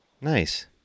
Nice